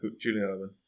Julian